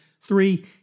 Three